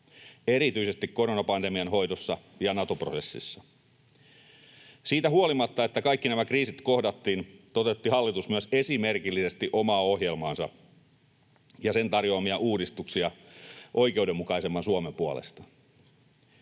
erityisesti koronapandemian hoidossa ja Nato-prosessissa. Siitä huolimatta, että kaikki nämä kriisit kohdattiin, hallitus myös toteutti esimerkillisesti omaa ohjelmaansa ja sen tarjoamia uudistuksia oikeudenmukaisemman Suomen puolesta.